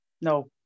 No